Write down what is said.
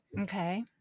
Okay